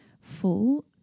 full